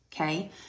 Okay